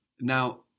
Now